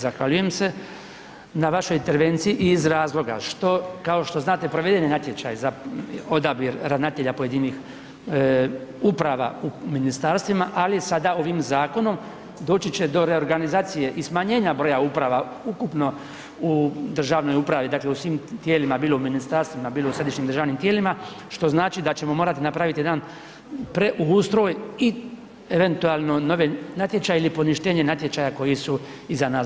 Zahvaljujem se na vašoj intervenciji i iz razloga što kao što znate provedeni je natječaj za odabir ravnatelja pojedinih uprava u ministarstvima, ali sada ovim zakonom doći će do reorganizacije i smanjenja broja uprava ukupno u državnoj upravi, dakle u svim tijelima, bilo u ministarstvima, bilo u središnjim državnim tijelima, što znači da ćemo morati napraviti jedan preustroj i eventualno nove natječaje ili poništenje natječaja koji su iza nas.